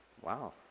Wow